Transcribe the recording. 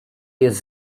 jest